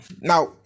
now